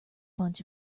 bunch